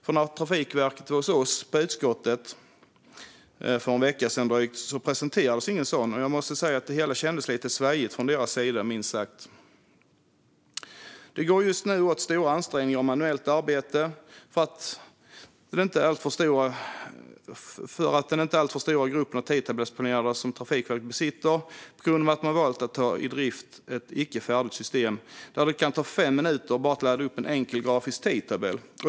För när Trafikverket var hos oss på utskottet för drygt en vecka sedan presenterades ingen sådan, och jag måste säga att det hela kändes lite svajigt från deras sida, minst sagt. Det går just nu åt stora ansträngningar av manuellt arbete för den inte alltför stora grupp av tidtabellsplanerare som Trafikverket besitter, på grund av att man valt att ta i drift ett icke färdigt system där det kan ta fem minuter bara att ladda upp en enkel grafisk tidtabell.